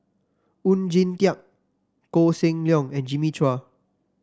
Oon Jin Teik Koh Seng Leong and Jimmy Chua